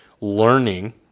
learning